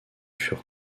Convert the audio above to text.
furent